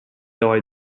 though